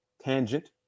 Tangent